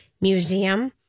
Museum